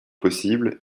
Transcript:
possible